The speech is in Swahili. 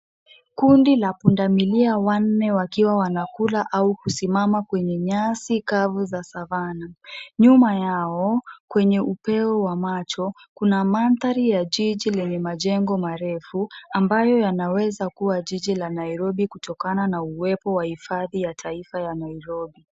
Kundi la pundamilia wanne wakiwa wanakula au kusimama kwenye nyasi kavu za savana. Nyuma yao kwenye upeo wa macho kuna mandhari ya jiji lenye majengo marefu ambayo yanaweza kuwa jiji la Nairobi kutokana na uwepo wa hifadhi ya taifa ya Nairobi.